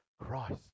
Christ